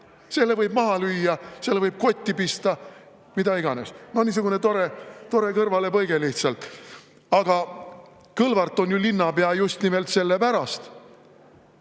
Selle võib maha lüüa, selle võib kotti pista, mida iganes. Noh, niisugune tore kõrvalepõige lihtsalt. Aga Kõlvart on ju linnapea just nimelt selle pärast,